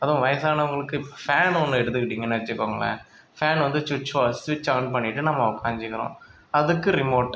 அதும் வயசானவர்களுக்கு ஃபேன் ஒன்று எடுத்துக்கிட்டீங்கன்னு வெச்சுக்கோங்களேன் ஃபேன் வந்து சுச்சி ஃபா சுவிட்ச் ஆன் பண்ணிவிட்டு நம்ம உக்காஞ்சிக்கிறோம் அதுக்கு ரிமோட்